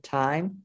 time